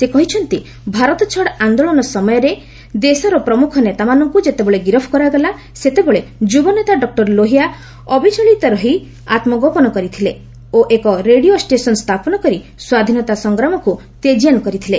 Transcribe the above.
ସେ କହିଛନ୍ତି ଭାରତଛାଡ଼ ଆନ୍ଦୋଳନ ସମୟରେ ଦେଶର ପ୍ରମୁଖ ନେତାମାନଙ୍କୁ ଯେତେବେଳେ ଗିରଫ କରାଗଲା ସେତେବେଳେ ଯୁବନେତା ଡକ୍ଟର ଲୋହିଆ ଅବିଚଳିତ ରହି ଆତ୍କଗୋପନ କରିଥିଲେ ଓ ଏକ ରେଡିଓ ଷ୍ଟେସନ୍ ସ୍ଥାପନ କରି ସ୍ୱାଧୀନତା ସଂଗ୍ରାମକୁ ତେଜୀୟାନ୍ କରିଥିଲେ